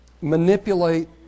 manipulate